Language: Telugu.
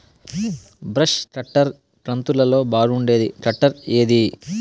బ్రష్ కట్టర్ కంతులలో బాగుండేది కట్టర్ ఏది?